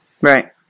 Right